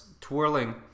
twirling